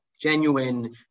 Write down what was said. genuine